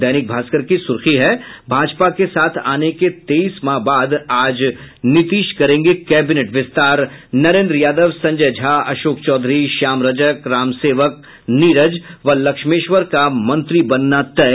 दैनिक भास्कर की सुर्खी है भाजपा के साथ आने के तेईस माह बाद आज नीतीश करेंगे कैबिनेट विस्तार नरेंद्र यादव संजय झा अशोक चौधरी श्याम रजक राम सेवक नीरज व लक्ष्मेश्वर का मंत्री बनना तय